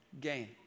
gain